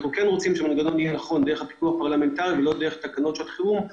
שהמנגנון יהיה דרך פיקוח פרלמנטרי ולא דרך תקנות שעת חירום,